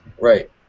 Right